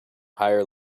higher